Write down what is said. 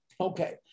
Okay